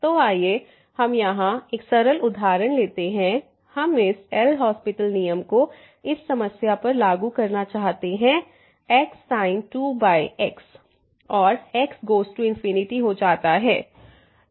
तो आइए हम यहां एक सरल उदाहरण लेते हैं हम इस एल हास्पिटलLHospital नियम को इस समस्या पर लागू करना चाहते हैं xsin 2x और x गोज़ टू हो जाता है